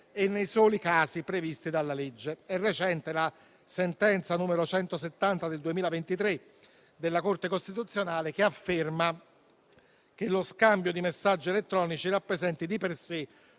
e nei soli casi previsti dalla legge. È recente la sentenza n. 170 del 2023 della Corte costituzionale, che afferma che lo scambio di messaggi elettronici rappresenti di per sé